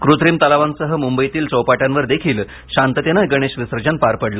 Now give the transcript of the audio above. कृत्रिम तलावांसह मुंबईतील चौपाट्यांवर देखील शांततेनं गणेश विसर्जन पार पडलं